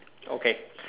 okay